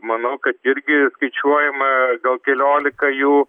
manau kad irgi skaičiuojama gal keliolika jų